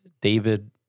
David